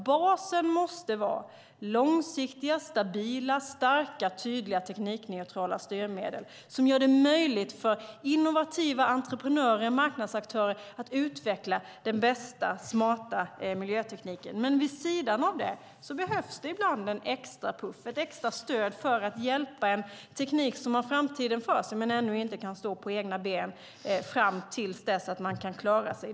Basen måste vara långsiktiga, stabila, starka och tydliga teknikneutrala styrmedel som gör det möjligt för innovativa entreprenörer och marknadsaktörer att utveckla den bästa smarta miljötekniken. Vid sidan av det behövs ibland en extra puff och ett extra stöd för att hjälpa en teknik som har framtiden för sig men ännu inte kan stå på egna fram till dess att den kan klara sig.